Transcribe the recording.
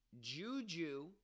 Juju